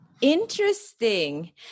Interesting